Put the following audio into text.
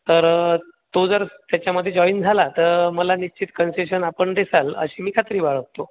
तर तो जर त्याच्यामध्ये जॉइन झाला तर मला निश्चित कन्सेशन आपण देसाल अशी मी खात्री बाळगतो